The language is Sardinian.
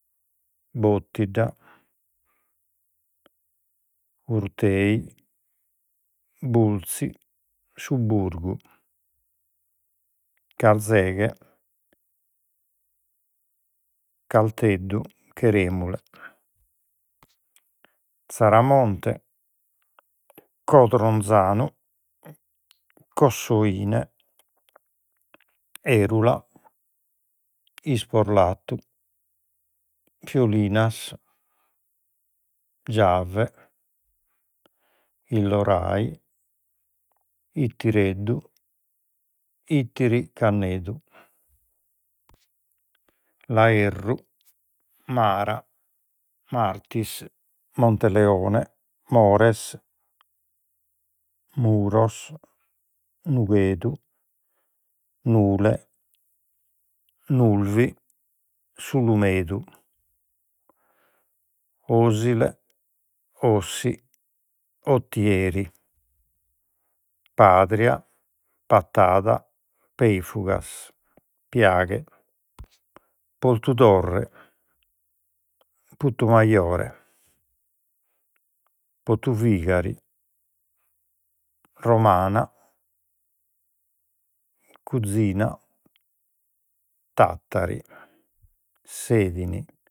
Bottidda Urtei Bulzi Su Burgu Carzeghe Calteddu Cheremule Zaramonte Codronzanu Cossoine Èrula Isporlatu Fiolinas Giave Illorai Itireddu Itiri Cannedu Laerru Mara Martis Monteleone Mores Muros Nughedu Nule Nulvi S'Ulumedu Ósile Ossi Otieri Padria Patada Peifugas Piaghe Porthudurre Putumajore Potuvigari Romana Cuzina Tatari Seddini